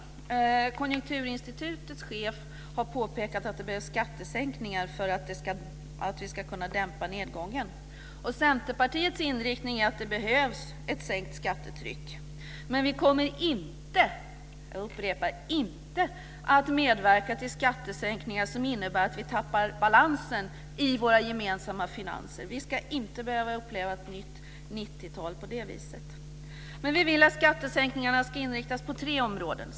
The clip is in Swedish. Konjunkturinstitutets chef har påpekat att det behövs skattesänkningar för att vi ska kunna dämpa nedgången. Centerpartiets inriktning är att det behövs ett sänkt skattetryck. Men vi kommer inte, och jag vill upprepa det, att medverka till skattesänkningar som gör att vi tappar balansen i våra gemensamma finanser. Vi ska inte behöva uppleva ett nytt 90-talet på det viset. Vi vill att skattesänkningarna ska inriktas på tre områden.